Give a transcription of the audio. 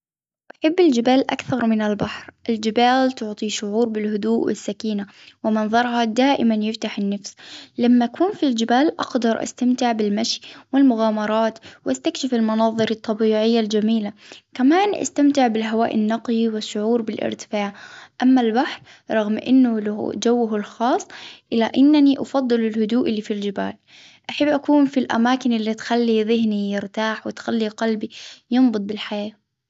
أحب الجبال أكثر من البحر، الجبال تعطي شعور بالهدوء والسكينة، ومنظرها دائما يفتح النفس.، لما اكون في الجبال أقدر أستمتع بالمشي والمغامرات واستكشف المناظر الطبيعية الجميلة. كمان أستمتع بالهواء النقي والشعور بالإرتفاع. أما البحر رغم أنه له جوه الخاص إلى أنني أفضل الهدوء اللي في الجبال، أحب أكون في الأماكن اللي تخلي ذهني يرتاح وتخلي قلبي ينبض بالحياة.